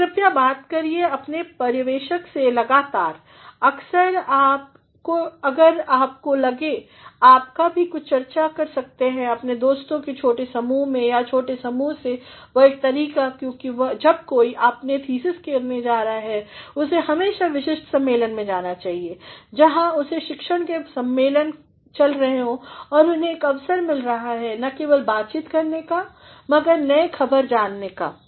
और कृपया बात करिए अपने पर्यवेश से लगातर अक्सर अगर आपको लगे आप भी कुछ चर्चा कर सकते हैं अपने दोस्तों की छोटी समूह में या छोटी समूह में और वह एक तरीका है क्योंकि जब कोई अपना थीसिस करने जा रहा है उसे हमेशा विशिष्ट सम्मेलन में जाना चाहिए जहाँ उस शिक्षण के सम्मेलन चल रहे हैं और उन्हें एक अवसर मिलता है न केवल बातचीतकरने का मगर नए खबर जानने का भी